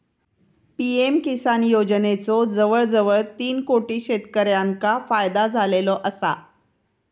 PM Kisan योजनेचो जवळजवळ तीन कोटी शेतकऱ्यांका फायदो झालेलो आसा